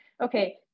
okay